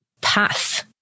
path